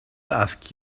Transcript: asked